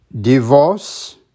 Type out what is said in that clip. Divorce